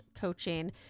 coaching